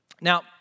Now